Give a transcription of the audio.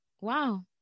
wow